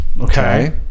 Okay